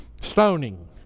stoning